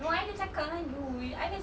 no I ada cakap dengan you I just